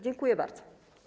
Dziękuję bardzo.